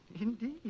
Indeed